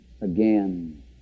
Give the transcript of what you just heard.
again